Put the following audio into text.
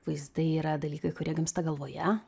vaizdai yra dalykai kurie gimsta galvoje